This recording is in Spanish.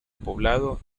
poblado